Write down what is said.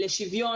לשוויון,